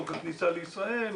חוק הכניסה לישראל,